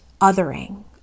othering